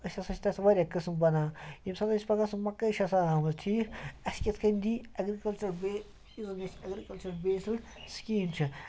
أسۍ ہَسا چھِ تَتھ واریاہ قٕسٕم بَنان ییٚمہِ ساتہٕ أسۍ پَگاہ سُہ مَکٲے چھِ آسان آمٕژ ٹھیٖک اَسہِ کِتھ کَنۍ دی ایٚگرِکَلچَر بیٚیہِ یُس زَن أسۍ ایٚگرِکَلچِرَل بیسٕڈ سِکیٖم چھِ